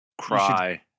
cry